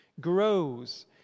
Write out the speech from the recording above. grows